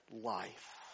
life